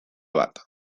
bat